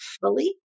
fully